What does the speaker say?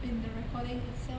in the recording itself